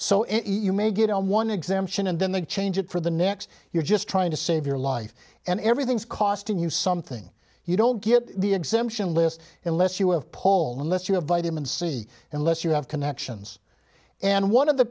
e u may get on one exemption and then they change it for the next you're just trying to save your life and everything's costing you something you don't get the exemption list unless you have paul unless you have vitamin c unless you have connections and one of the